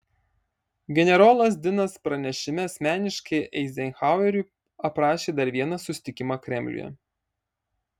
generolas dinas pranešime asmeniškai eizenhaueriui aprašė dar vieną susitikimą kremliuje